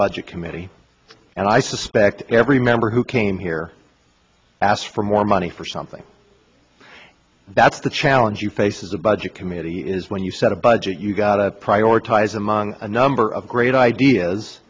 budget committee and i suspect every member who came here asked for more money for something that's the challenge you face is a budget committee is when you set a budget you've got to prioritize among a number of great ideas